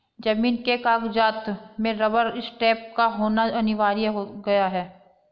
जमीन के कागजात में रबर स्टैंप का होना अनिवार्य हो गया है